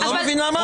אתה לא מבין למה?